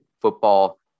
football